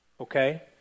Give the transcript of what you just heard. Okay